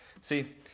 See